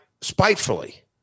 spitefully